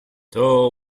thor